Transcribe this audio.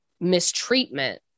mistreatment